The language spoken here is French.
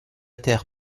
terre